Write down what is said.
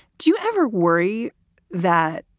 do you ever worry that